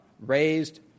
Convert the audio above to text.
Raised